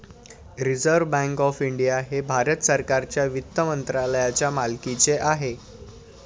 reserve Bank of India हे भारत सरकारच्या वित्त मंत्रालयाच्या मालकीचे आहे